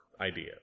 idea